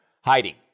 hiding